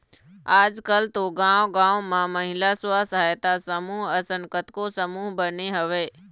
आजकल तो गाँव गाँव म महिला स्व सहायता समूह असन कतको समूह बने हवय